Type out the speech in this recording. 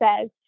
says